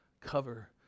cover